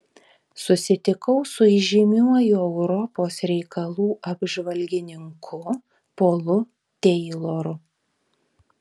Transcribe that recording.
susitikau su įžymiuoju europos reikalų apžvalgininku polu teiloru